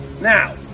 Now